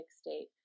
state